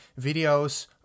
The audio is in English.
videos